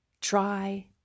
try